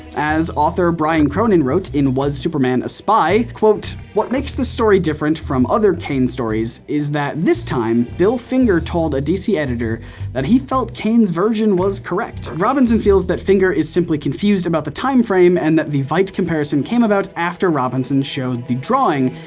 as author brian cronin wrote in was superman a spy, quote, what makes this story different from other kane stories is that this time bill finger told a dc editor that he felt kane's version was correct. robinson feels that finger is simply confused about the time frame, and that the veidt comparison came about after robinson showed the drawing.